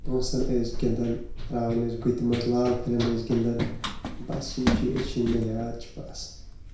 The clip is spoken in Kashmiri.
پونٛسَن ٲسۍ گِنٛدان ترٛاوان ٲسۍ گُتہِ منٛز لال پھٔلٮ۪ن ٲسۍ گِنٛدان بَس یِم چیٖز چھِ یِم مےٚ یاد چھِ بَس